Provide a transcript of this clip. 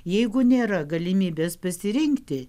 jeigu nėra galimybės pasirinkti